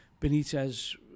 Benitez